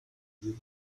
you